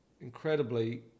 incredibly